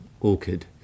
orchid